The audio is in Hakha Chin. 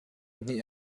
hnih